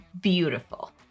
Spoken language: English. beautiful